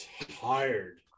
tired